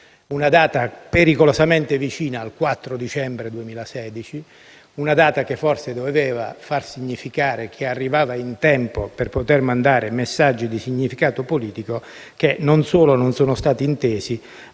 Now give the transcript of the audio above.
una data pericolosamente vicina al 4 dicembre 2016, e che forse doveva far significare che arrivava in tempo per poter mandare messaggi di contenuto politico che non solo non sono stati intesi,